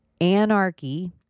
anarchy